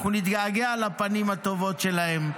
אנחנו נתגעגע לפנים הטובות שלהם,